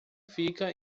fica